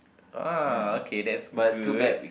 !whoa! okay that's good